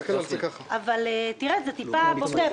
אבל זה קצת בוטה.